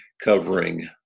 covering